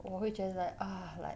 我会 just like ah like